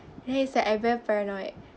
then it's like I very paranoid